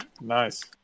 Nice